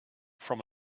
from